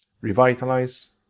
revitalize